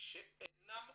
שאינם עולים".